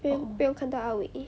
不用不用看到 ah wei